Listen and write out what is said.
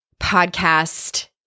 podcast